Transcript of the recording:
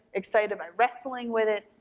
excited by wrestling with it,